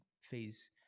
phase